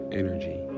energy